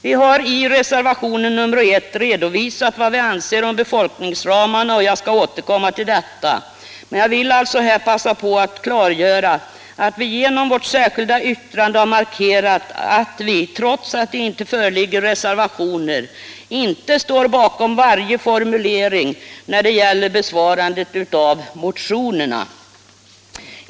Vi har i reservationen 1 redovisat vad vi anser om befolkningsramarna. Jag skall återkomma till den saken. Men jag vill nu passa på att klargöra att vi genom vårt särkilda yttrande har markerat att vi, trots att det inte föreligger några reservationer i det stycket, inte står bakom varje formulering när det gäller behandlingen av motionerna.